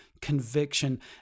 conviction